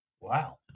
Wow